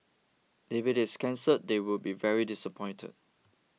if it is cancelled they would be very disappointed